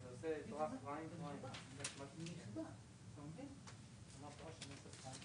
שאלתי מהי ההעברה פנימית ומהיכן לקחתם אותה בתוך המשרד.